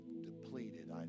depleted